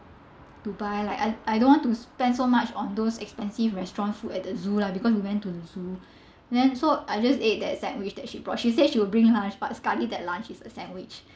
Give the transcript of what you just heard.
to buy like I I don't want to spend so much on those expensive restaurant food at the zoo lah because we went to the zoo then so I just ate that sandwich that she brought she said she will bring lunch but sekali that lunch is a sandwich